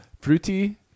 fruity